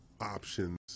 options